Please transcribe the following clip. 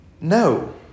No